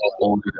older